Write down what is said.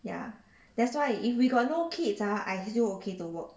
ya that's why if we got no kids ah I still okay to work